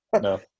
No